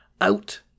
Out